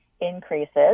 increases